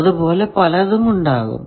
അതുപോലെ പലതും ഉണ്ടാകും